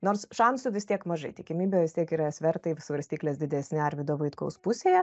nors šansų vis tiek mažai tikimybė vis tiek yra svertai svarstyklės didesnį arvydo vaitkaus pusėje